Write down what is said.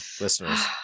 listeners